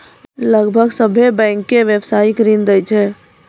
लगभग सभ्भे बैंकें व्यवसायिक ऋण दै छै